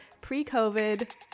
pre-COVID